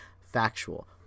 factual